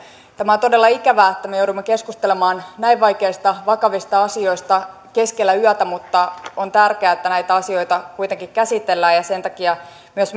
tämä on todella ikävää että me joudumme keskustelemaan näin vaikeista vakavista asioista keskellä yötä mutta on tärkeää että näitä asioita kuitenkin käsitellään sen takia myös